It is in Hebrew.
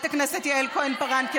ולכן, חברת הכנסת יעל כהן-פארן, מה זה?